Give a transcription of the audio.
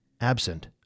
absent